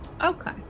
Okay